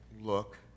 look